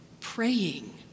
praying